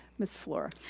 ms. fluor.